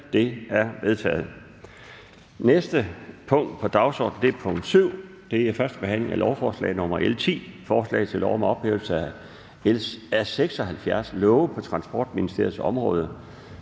Det er vedtaget. --- Det næste punkt på dagsordenen er: 7) 1. behandling af lovforslag nr. L 10: Forslag til lov om ophævelse af 76 love på Transportministeriets område.